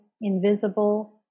invisible